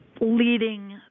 leading